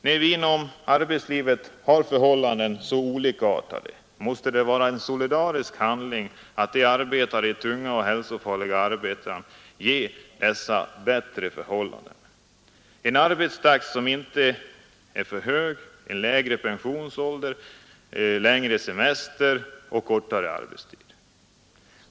När vi inom arbetslivet har så olikartade förhållanden måste det vara en solidarisk handling att ge människor i tunga och hälsofarliga arbeten bättre förhållanden: en arbetstakt som inte är för hög, lägre pensionsålder, längre semester och kortare arbetstid.